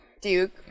Duke